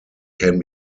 can